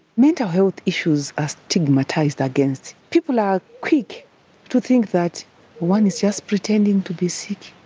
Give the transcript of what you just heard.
mental health issues are stigmatised against. people are quick to think that one is just pretending to be sick.